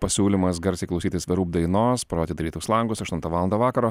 pasiūlymas garsiai klausytis the roop dainos pro atidarytus langus aštuntą valandą vakaro